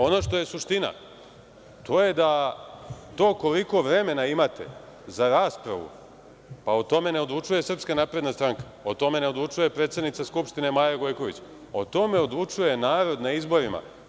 Ono što je suština to je da to koliko vremena imate za raspravu, pa o tome ne odlučuje SNS, o tome ne odlučuje predsednica Skupština Maja Gojković, o tome odlučuje narod na izborima.